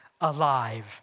alive